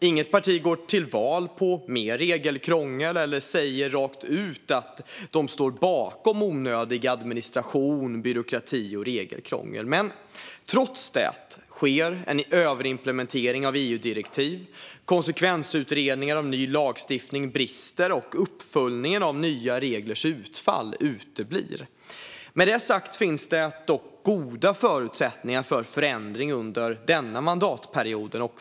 Inget parti går till val på mer regelkrångel eller säger rakt ut att man står bakom onödig administration och byråkrati eller onödigt regelkrångel. Trots detta sker en överimplementering av EU-direktiv. Konsekvensutredningar av ny lagstiftning brister, och uppföljningen av nya reglers utfall uteblir. Med detta sagt finns det dock goda förutsättningar för förändring under denna mandatperiod.